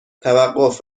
توقف